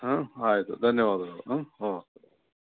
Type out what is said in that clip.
ಹಾಂ ಆಯಿತು ಧನ್ಯವಾದಗಳು ಹಾಂ ಓಕೆ